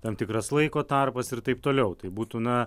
tam tikras laiko tarpas ir taip toliau tai būtų na